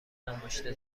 انباشته